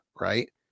Right